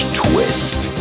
twist